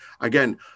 again